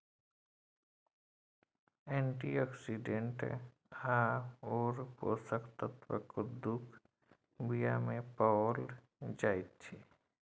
antioxidant आओर पोषक तत्व कद्दूक बीयामे पाओल जाइत छै